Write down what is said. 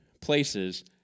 places